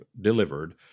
delivered